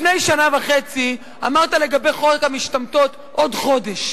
לפני שנה וחצי אמרת לגבי חוק המשתמטות: עוד חודש.